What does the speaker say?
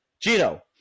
Gino